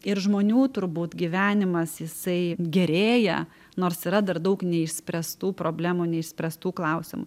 ir žmonių turbūt gyvenimas jisai gerėja nors yra dar daug neišspręstų problemų neišspręstų klausimų